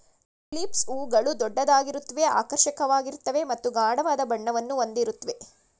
tulips ಹೂಗಳು ದೊಡ್ಡದಾಗಿರುತ್ವೆ ಆಕರ್ಷಕವಾಗಿರ್ತವೆ ಮತ್ತು ಗಾಢವಾದ ಬಣ್ಣವನ್ನು ಹೊಂದಿರುತ್ವೆ